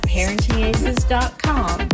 ParentingAces.com